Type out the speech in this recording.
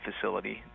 facility